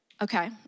Okay